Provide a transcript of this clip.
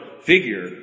figure